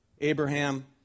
Abraham